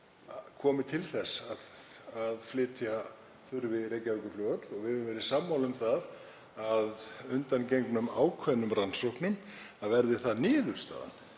komi til þess að flytja þurfi Reykjavíkurflugvöll. Við höfum verið sammála um það, að undangengnum ákveðnum rannsóknum, að verði það niðurstaðan